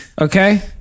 Okay